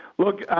look,